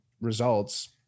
results